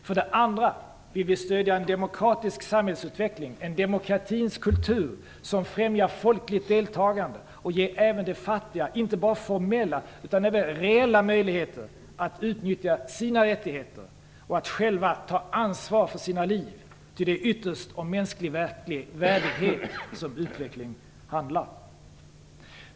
För det andra vill vi stödja en demokratisk samhällsutveckling, en demokratins kultur, som främjar folkligt deltagande och ger de fattiga inte bara formella utan även reella möjligheter att utnyttja sina rättigheter och att själva ta ansvar för sina liv. Ty utveckling handlar ytterst om mänsklig värdighet.